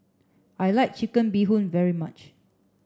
I like chicken bee hoon very much